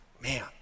Man